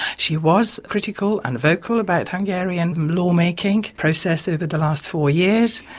she was critical and vocal about the hungarian lawmaking process over the last four years,